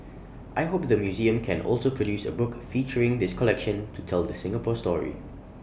I hope the museum can also produce A book featuring this collection to tell the Singapore story